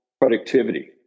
productivity